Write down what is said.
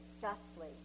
justly